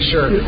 Sure